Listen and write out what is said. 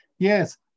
Yes